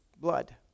blood